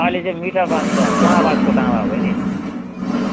अहिले चाहिँ मिठा बाँसको चोया बाँसको तामा बैनी